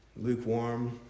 lukewarm